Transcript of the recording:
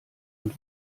und